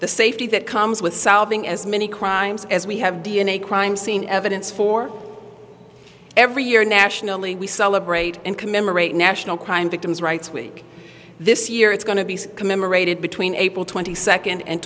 the safety that comes with solving as many crimes as we have d n a crime scene evidence for every year nationally we celebrate and commemorate national crime victims rights week this year it's going to be commemorated between april twenty second and